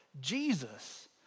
Jesus